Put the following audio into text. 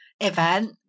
event